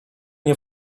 nie